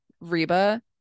Reba